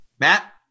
Matt